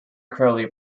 crowley